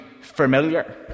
familiar